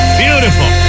beautiful